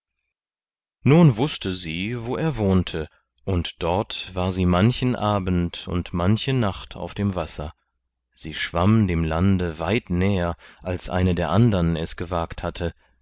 nun wußte sie wo er wohnte und dort war sie manchen abend und manche nacht auf dem wasser sie schwamm dem lande weit näher als eine der andern es gewagt hatte